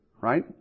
right